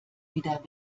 wieder